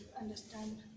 understand